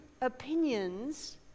opinions